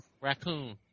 raccoon